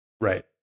Right